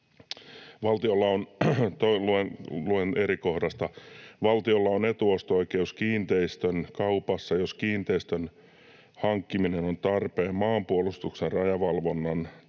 ”Valtiolla on etuosto-oikeus kiinteistön kaupassa, jos kiinteistön hankkiminen on tarpeen maanpuolustuksen, rajavalvonnan tai